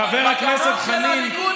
חבר הכנסת חנין,